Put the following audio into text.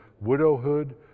widowhood